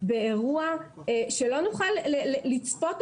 באירוע שלא נוכל לצפות.